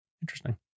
Interesting